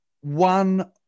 one